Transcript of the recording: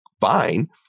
fine